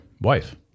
wife